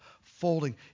folding